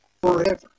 forever